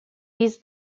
his